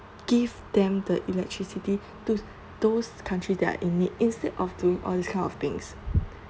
give them the electricity to those country that are in need instead of doing all these kind of things